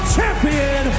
Champion